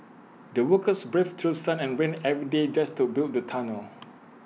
the workers braved through sun and rain every day just to build the tunnel